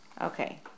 Okay